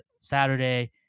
saturday